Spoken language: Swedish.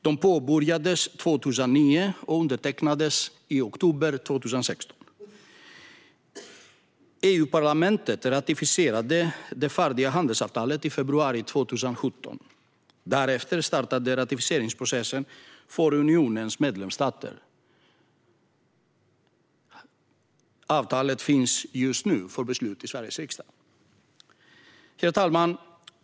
De påbörjades 2009 och undertecknades i oktober 2016. EU-parlamentet ratificerade det färdiga handelsavtalet i februari 2017, och därefter startade ratificeringsprocessen för unionens medlemsstater. Avtalet ligger nu på Sveriges riksdags bord för beslut. Herr talman!